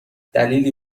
دلیلی